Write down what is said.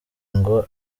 ngo